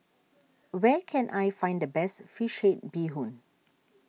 where can I find the best Fish Head Bee Hoon